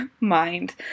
mind